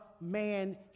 man